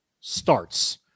starts